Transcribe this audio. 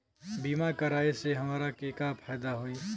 बीमा कराए से हमरा के का फायदा होई?